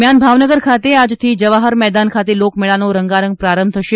દરમિયાન ભાવનગર ખાતે આજથી જવાહર મેદાન ખાતે લોકમેળાનો રંગારંગ પ્રારંભ થશે